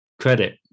credit